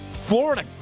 Florida